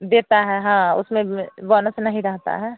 देता है हाँ उसमें जो है बोनस नहीं रहता है